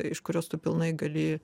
iš kurios tu pilnai gali